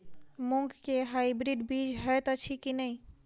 मूँग केँ हाइब्रिड बीज हएत अछि की नै?